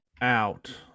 out